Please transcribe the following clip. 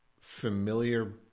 familiar